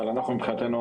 אבל אנחנו מבחינתנו,